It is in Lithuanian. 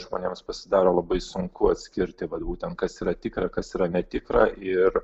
žmonėms pasidaro labai sunku atskirti vat būtent kas yra tikra kas yra netikra ir